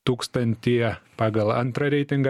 tūkstantyje pagal antrą reitingą